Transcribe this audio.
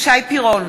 שי פירון,